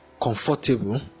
comfortable